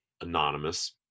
anonymous